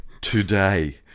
today